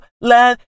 let